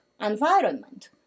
environment